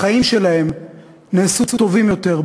החיים שלהם נעשו טובים יותר.